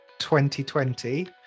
2020